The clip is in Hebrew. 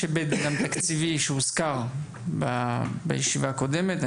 יש היבט גם תקציבי שהוזכר בישיבה הקודמת.